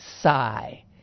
sigh